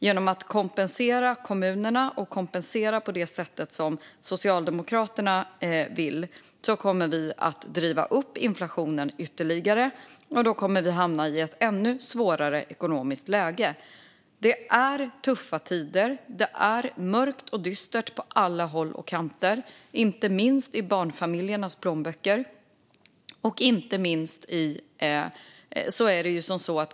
Genom att kompensera kommunerna och göra det på det sätt som Socialdemokraterna vill skulle vi driva upp inflationen ytterligare, och då hamnar vi i ett ekonomiskt läge som är ännu svårare. Det är tuffa tider. Det är mörkt och dystert på alla håll och kanter, inte minst i barnfamiljernas plånböcker.